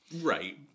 right